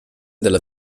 della